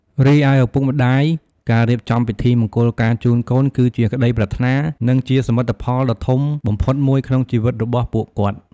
រីឯ ឪពុកម្តាយ ការរៀបចំពិធីមង្គលការជូនកូន គឺជាក្តីប្រាថ្នា និងជាសមិទ្ធផលដ៏ធំបំផុតមួយក្នុងជីវិតរបស់ពួកគាត់។